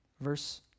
verse